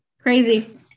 Crazy